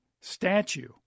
statue